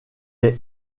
est